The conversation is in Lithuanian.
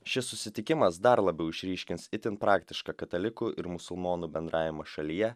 šis susitikimas dar labiau išryškins itin praktišką katalikų ir musulmonų bendravimą šalyje